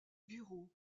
bureaux